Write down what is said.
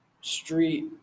street